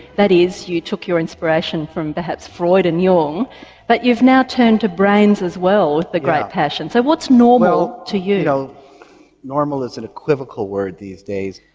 that is you took your inspiration from perhaps freud and jung but you've now turned to brains as well with a great passion so what's normal to you? know normal is an equivocal word these days.